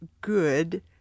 good